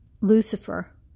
Lucifer